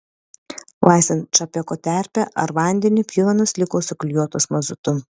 laistant čapeko terpe ar vandeniu pjuvenos liko suklijuotos mazutu